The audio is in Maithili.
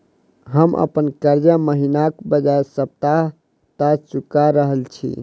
हम अप्पन कर्जा महिनाक बजाय सप्ताह सप्ताह चुका रहल छि